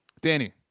Danny